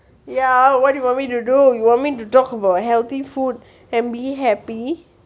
ya what do you want me to do you want me to talk about healthy food and be happy